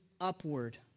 upward